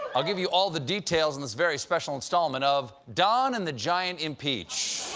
i'll give you all the details in this very special installment of don and the giant impeach.